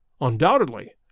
Undoubtedly